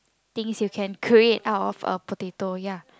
things that you can create out of a potato ya